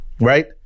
Right